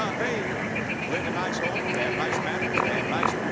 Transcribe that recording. ah they live in nice homes. they have nice manners. they have nice,